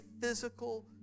physical